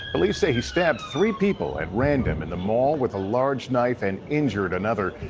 police say he stabbed three people at random in the mall with a large knife and injured another.